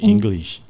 English